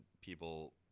people –